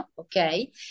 okay